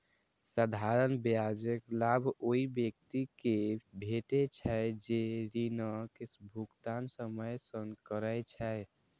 साधारण ब्याजक लाभ ओइ व्यक्ति कें भेटै छै, जे ऋणक भुगतान समय सं करै छै